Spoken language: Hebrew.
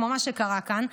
כמו שקרה כאן,